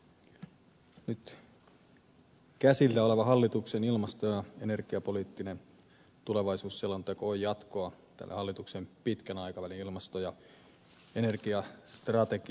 nyt käsillä oleva hallituksen ilmasto ja energiapoliittinen tulevaisuusselonteko on jatkoa tälle hallituksen pitkän aikavälin ilmasto ja energiastrategialle